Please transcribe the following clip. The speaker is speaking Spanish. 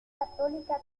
católica